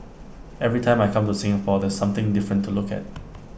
every time I come to Singapore there's something different to look at